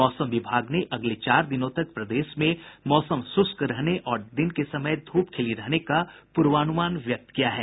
मौसम विभाग ने अगले चार दिनों तक प्रदेश में मौसम शुष्क रहने और दिन के समय धूप खिली रहने का पूर्वानुमान व्यक्त किया है